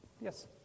Yes